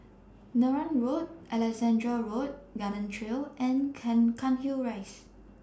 Neram Road Alexandra Road Garden Trail and Can Cairnhill Rise